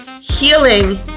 healing